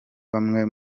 bamwe